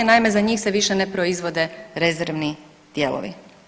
Naime, za njih se više ne proizvode rezervni dijelovi.